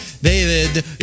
David